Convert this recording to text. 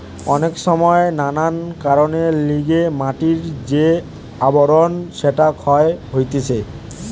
অনেক সময় নানান কারণের লিগে মাটির যে আবরণ সেটা ক্ষয় হতিছে